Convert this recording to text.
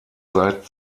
seit